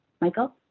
Michael